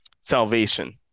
salvation